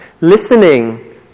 Listening